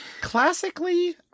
Classically